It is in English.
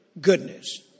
goodness